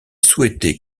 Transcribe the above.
souhaitait